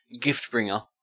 gift-bringer